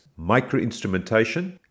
microinstrumentation